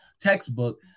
textbook